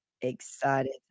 excited